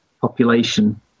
population